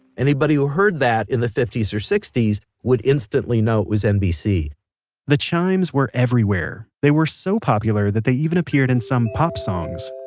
anybody who heard that in the fifty s or sixty s would instantly know it was nbc the chimes were everywhere. they were so popular that they even appeared in some pop songs